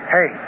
Hey